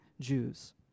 Jews